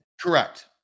Correct